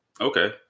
Okay